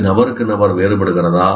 இது நபருக்கு நபர் வேறுபடுகிறதா